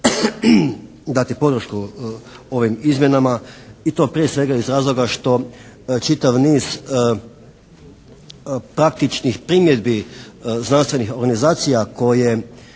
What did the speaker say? dati podršku ovim izmjenama i to prije svega iz razloga što čitav niz praktičnih primjedbi znanstvenih organizacija koje